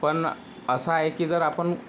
पण असं आहे की जर आपण